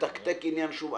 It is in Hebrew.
מתקתק עניין שוב,